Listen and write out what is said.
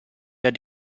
der